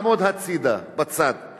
אם אתה היית היום עומד בתור מאבחן בשדה תעופה,